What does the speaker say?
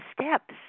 steps